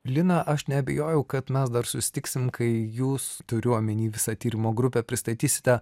lina aš neabejojau kad mes dar susitiksim kai jūs turiu omeny visą tyrimo grupė pristatysite